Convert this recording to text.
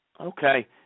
Okay